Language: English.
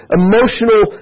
emotional